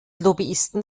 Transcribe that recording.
lobbyisten